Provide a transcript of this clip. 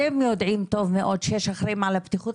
אתם יודעים טוב מאוד שיש אחראים על הבטיחות,